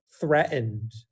threatened